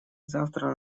завтра